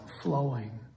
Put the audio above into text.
flowing